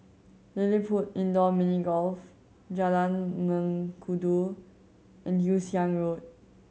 LilliPutt Indoor Mini Golf Jalan Mengkudu and Yew Siang Road